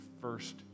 first